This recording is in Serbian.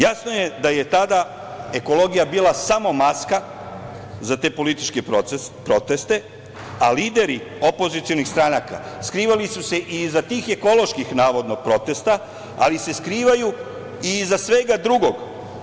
Jasno je da je tada ekologija bila samo maska za te političke proteste, a lideri opozicionih stranaka skrivali su se iza tih ekoloških, navodno, protesta, ali se skrivaju iza svega drugog.